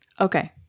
Okay